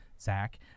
Zach